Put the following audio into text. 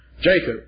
Jacob